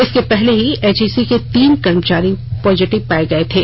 इसके पहले भी एचईसी के तीन कर्मचारी पॉजिटिव पाये गए थे